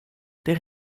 der